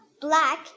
Black